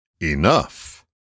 Enough